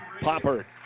Popper